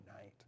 night